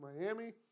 Miami